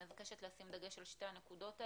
אני מבקשת לשים דגש על שתי הנקודות האלה.